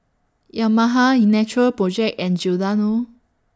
Yamaha E Natural Project and Giordano